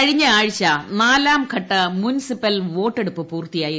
കഴിഞ്ഞ ആഴ്ച നാലാംഘട്ട മുനിസിപ്പൽ വോട്ടെടുപ്പ് പൂർത്തിയായി